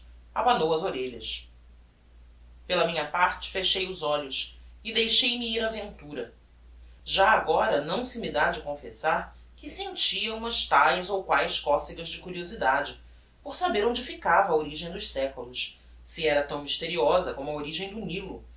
abanou as orelhas pela minha parte fechei os olhos e deixei-me ir á ventura já agora não se me dá de confessar que sentia umas taes ou quaes cocegas de curiosidade por saber onde ficava a origem dos seculos se era tão mysteriosa como a origem do nilo